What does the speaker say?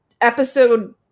episode